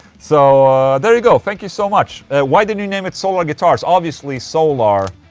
so, there you go, thank you so much why did you name it solar guitars? obviously solar.